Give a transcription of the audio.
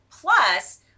plus